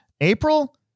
April